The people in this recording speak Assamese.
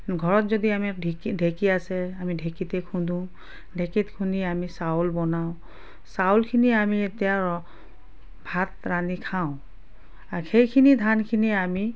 ঘৰত যদি আমাৰ ঢেঁকী ঢেঁকী আছে আমি ঢেঁকীতেই খুন্দোঁ ঢেঁকীত খুন্দি আমি চাউল বনাওঁ চাউলখিনি আমি এতিয়া ৰ ভাত ৰান্ধি খাওঁ সেইখিনি ধানখিনি আমি